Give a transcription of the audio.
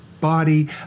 body